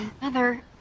Mother